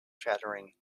chattering